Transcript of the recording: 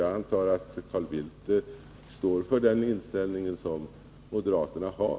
Jag antar att Carl Bildt står för den inställning som moderaterna har.